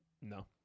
No